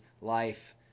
life